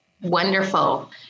Wonderful